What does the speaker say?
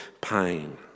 pain